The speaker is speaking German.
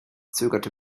zögerte